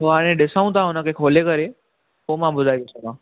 उहो हाणे ॾिसूं था हुन खे खोले करे पोइ मां ॿुधाए थो सघां